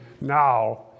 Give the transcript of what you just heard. now